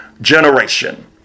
generation